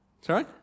Sorry